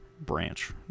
branch